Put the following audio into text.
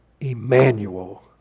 Emmanuel